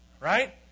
right